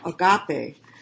agape